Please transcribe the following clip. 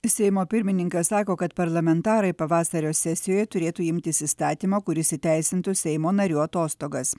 seimo pirmininkas sako kad parlamentarai pavasario sesijoje turėtų imtis įstatymo kuris įteisintų seimo narių atostogas